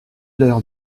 l’heure